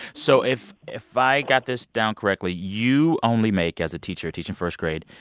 so if if i got this down correctly, you only make as a teacher teaching first grade,